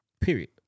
Period